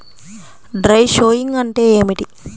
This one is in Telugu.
డ్రై షోయింగ్ అంటే ఏమిటి?